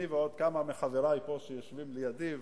אני וכמה מחברי שיושבים לידי ומולי,